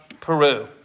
Peru